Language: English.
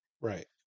Right